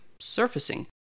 surfacing